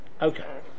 Okay